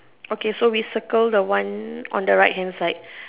okay so we circle the one on the right inside